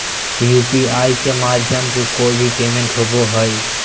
UPI के माध्यम से ही कोय भी पेमेंट होबय हय